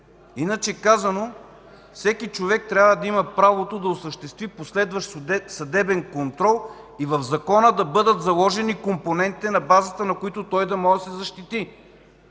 Иначе казано – всеки човек трябва да има правото да осъществи последващ съдебен контрол и в Закона да бъдат заложени компонентите, на базата на които той да може да се защити.